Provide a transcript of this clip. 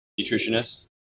nutritionist